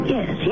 Yes